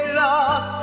love